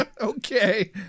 Okay